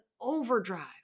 overdrive